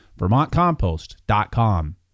VermontCompost.com